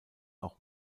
auch